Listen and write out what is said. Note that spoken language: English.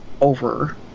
over